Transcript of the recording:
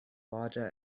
larger